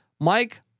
Mike